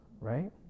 right